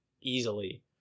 easily